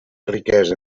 riquesa